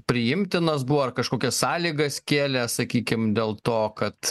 priimtinas buvo ar kažkokias sąlygas kėlė sakykim dėl to kad